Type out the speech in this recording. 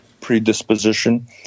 predisposition